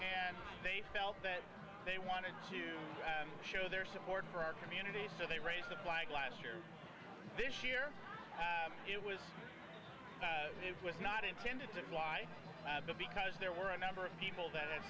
and they felt that they wanted to show their support for our community so they raised the flag last year this year it was it was not intended that why the because there were a number of people that